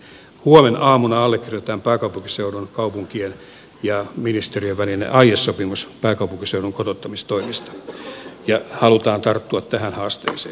huomenaamuna allekirjoitetaan pääkaupunkiseudun kaupunkien ja ministeriön välinen aiesopimus pääkaupunkiseudun kotouttamistoimista ja halutaan tarttua tähän haasteeseen